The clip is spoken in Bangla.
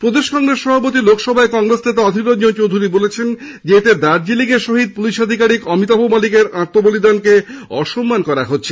প্রদেশ কংগ্রেস সভাপতি লোকসভায় কংগ্রেস নেতা অধীর চৌধুরী বলেছেন এতে দার্জিলিং এ শহীদ পুলিশ আধিকারিক অমিতাভ মালিকের আত্ম বলিদানকে অসম্মান করা হচ্ছে